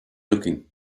looking